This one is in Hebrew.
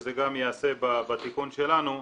שזה גם ייעשה בתיקון שלנו,